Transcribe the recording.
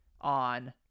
On